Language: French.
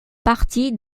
partie